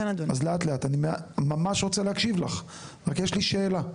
לאט לאט, אני ממש רוצה להקשיב לך, רק יש לי שאלה.